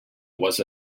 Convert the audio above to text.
was